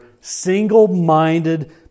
single-minded